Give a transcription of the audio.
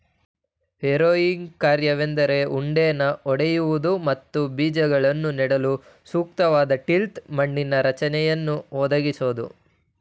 harrowing ಕಾರ್ಯವೆಂದರೆ ಉಂಡೆನ ಒಡೆಯುವುದು ಮತ್ತು ಬೀಜಗಳನ್ನು ನೆಡಲು ಸೂಕ್ತವಾದ ಟಿಲ್ತ್ ಮಣ್ಣಿನ ರಚನೆಯನ್ನು ಒದಗಿಸೋದು